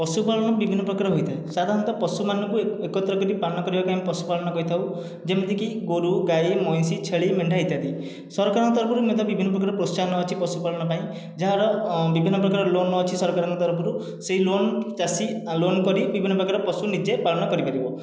ପଶୁପାଳନ ବିଭିନ୍ନ ପ୍ରକାର ହୋଇଥାଏ ସାଧାରଣତଃ ପଶୁମାନଙ୍କୁ ଏକତ୍ର କରି ପାଳନ କରିବାକୁ ଆମେ ପଶୁ ପାଳନ କହିଥାଉ ଯେମିତିକି ଗୋରୁ ଗାଈ ମଇଁଷି ଛେଳି ମେଣ୍ଢା ଇତ୍ୟାଦି ସରକାରଙ୍କ ତରଫରୁ ବିଭିନ୍ନ ପ୍ରକାର ପ୍ରୋତ୍ସାହନ ଅଛି ପଶୁପାଳନ ପାଇଁ ଯାହାର ବିଭିନ୍ନ ପ୍ରକାର ଲୋନ ଅଛି ସରକାରଙ୍କ ତରଫରୁ ସେହି ଲୋନ ଚାଷୀ ଆଲବାନ କରି ବିଭିନ୍ନ ପ୍ରକାର ପଶୁ ନିଜେ ପାଳନ କରିପାରିବ